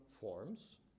forms